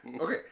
Okay